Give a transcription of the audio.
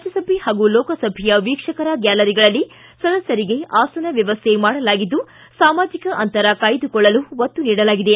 ರಾಜ್ಯಸಭೆ ಹಾಗೂ ಲೋಕಸಭೆಯ ವೀಕ್ಷಕರ ಗ್ಯಾಲರಿಗಳಲ್ಲಿ ಸದಸ್ಕರಿಗೆ ಆಸನ ವ್ಯವಸ್ಥೆ ಮಾಡಲಾಗಿದ್ದು ಸಾಮಾಜಿಕ ಅಂತರ ಕಾಯ್ದುಕೊಳ್ಳಲು ಒತ್ತು ನೀಡಲಾಗಿದೆ